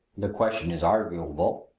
the question is arguable,